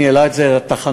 ניהלה את זה התחנה,